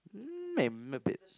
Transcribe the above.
um may a bit